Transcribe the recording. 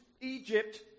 Egypt